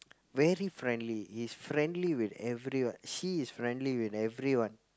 very friendly he's friendly with everyone she is friendly with everyone